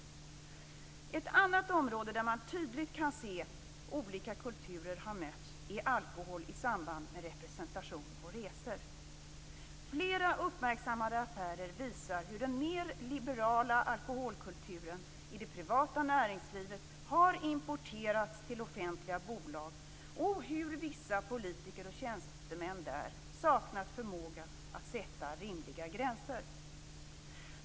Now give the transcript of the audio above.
Ett annat område där man tydligt kan se hur olika kulturer har mötts är alkohol i samband med representation och resor. Flera uppmärksammade affärer visar hur den mer liberala alkoholkulturen i det privata näringslivet har importerats till offentliga bolag och hur vissa politiker och tjänstemän där saknat förmåga att sätta rimliga gränser.